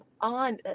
on